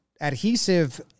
adhesive